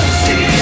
see